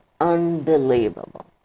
unbelievable